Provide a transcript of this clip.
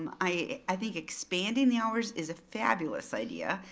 um i think expanding the hours is a fabulous idea.